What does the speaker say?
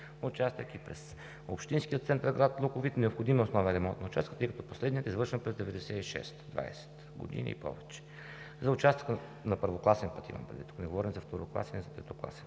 участък, и през общинския център на град Луковит. Необходим е основен ремонт на участъка, тъй като последният е извършен през 1996 г. – двадесет и повече години. За участъка на първокласен път, имам предвид, не говорим за второкласен или за третокласен,